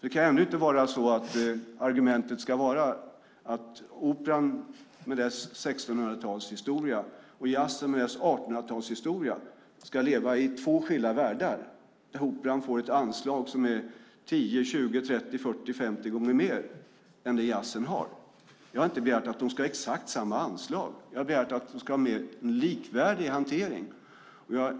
Det kan inte vara så att Operan med sin 1600-talshistoria och jazzen med sin 1800-talshistoria ska leva i två skilda världar där Operan får ett anslag som är 10, 20, 30, 40 eller 50 gånger högre än det jazzen får. Jag har inte begärt att de ska ha exakt samma anslag. Jag har begärt att de ska få en mer likvärdig hantering.